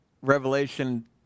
Revelation